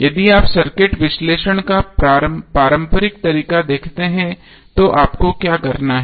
यदि आप सर्किट विश्लेषण का पारंपरिक तरीका देखते हैं तो आपको क्या करना है